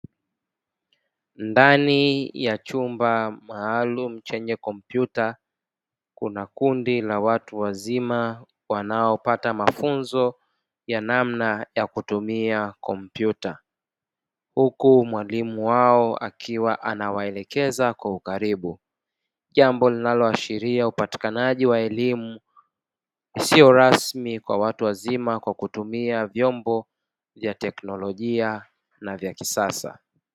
Ndani ya chumba maalumu chenye kompyuta, kuna kundi la watu wazima wanaopata mafunzo ya namna ya kutumia kompyuta, huku mwalimu wao akiwa anawaelekeza kwa ukaribu, jambo linaloashiria upatikanaji wa elimu isiyo rasmi kwa watu wazima, kwa kutumia vyombo vya teknolojia na vya kisasa.